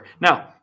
Now